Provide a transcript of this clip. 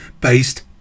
based